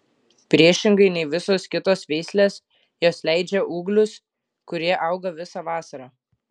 priešingai nei visos kitos veislės jos leidžia ūglius kurie auga visą vasarą